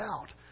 out